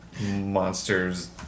monster's